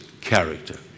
character